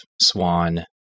swan